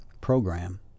program